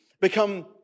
become